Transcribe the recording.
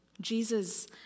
Jesus